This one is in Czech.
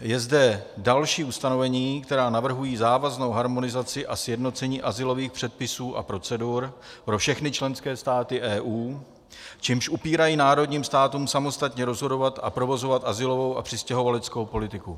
Je zde další ustanovení, které navrhuje závaznou harmonizaci a sjednocení azylových předpisů a procedur pro všechny členské státy EU, čímž upírají národním státům samostatně rozhodovat a provozovat azylovou a přistěhovaleckou politiku.